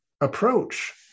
approach